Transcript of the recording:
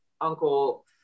uncle